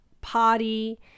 party